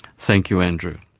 thank you andrew.